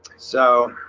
so